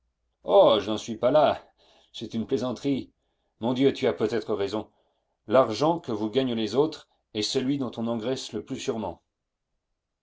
je n'en suis pas là c'est une plaisanterie mon dieu tu as peut-être raison l'argent que vous gagnent les autres est celui dont on engraisse le plus sûrement